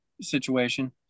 situation